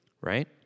right